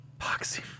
Poxy